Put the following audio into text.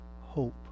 hope